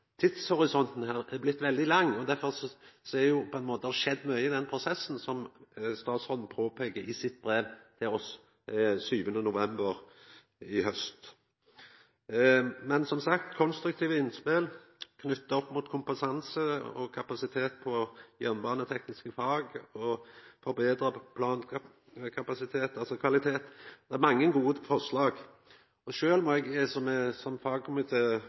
Tidshorisonten her er blitt veldig lang. Derfor har det skjedd mykje i den prosessen, som statsråden påpeiker i sitt brev til oss av 7. november i haust. Men, som sagt, det har vore konstruktive innspel knytte opp mot kompetanse og kapasitet på jernbanetekniske fag og betra plankapasitet og kvalitet. Det er mange gode forslag. Som